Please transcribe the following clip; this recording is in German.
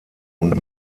und